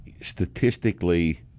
statistically